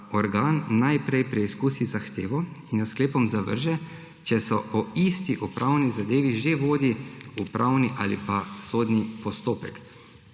da organ najprej preizkusi zahtevo in jo s sklepom zavrže, če se o isti upravni zadevi že vodi upravni ali pa sodni postopek.